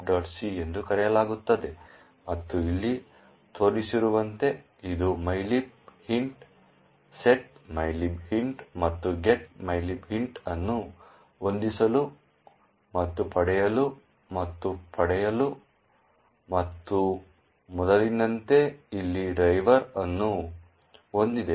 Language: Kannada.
c ಎಂದು ಕರೆಯಲಾಗುತ್ತದೆ ಮತ್ತು ಇಲ್ಲಿ ತೋರಿಸಿರುವಂತೆ ಇದು mylib int set mylib int ಮತ್ತು get mylib int ಅನ್ನು ಹೊಂದಿಸಲು ಮತ್ತು ಪಡೆಯಲು ಮತ್ತು ಪಡೆಯಲು ಮತ್ತು ಮೊದಲಿನಂತೆ ಇಲ್ಲಿ ಡ್ರೈವರ್ ಅನ್ನು ಹೊಂದಿದೆ